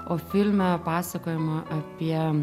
o filme pasakojama apie